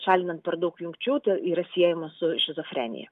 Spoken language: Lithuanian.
šalinant per daug jungčių tai yra siejama su šizofrenija